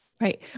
right